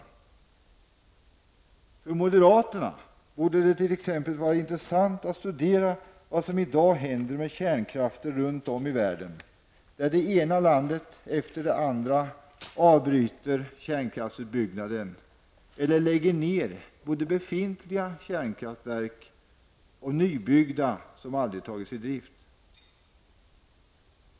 För moderaterna borde det vara intressant att studera vad som i dag händer med kärnkraften runt om i världen när det ena landet efter det andra avbryter kärnkraftsutbyggnaden eller lägger ner både befintliga kärnkraftverk och nybyggda anläggningar som aldrig tagits i drift.